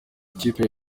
ikipe